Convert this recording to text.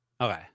Okay